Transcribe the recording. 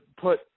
put